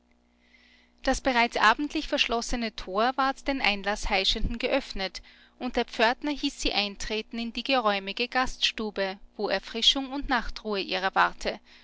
das bereits abendlich verschlossene tor ward den einlaßheischenden geöffnet und der pförtner hieß sie eintreten in die geräumige gaststube wo erfrischung und nachtruhe ihrer warte